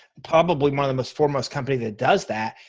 probably among the most foremost company that does that.